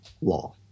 law